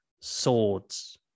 swords